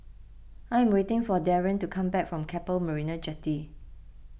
I am waiting for Darien to come back from Keppel Marina Jetty